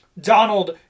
Donald